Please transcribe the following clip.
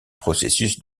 processus